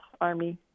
army